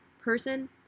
person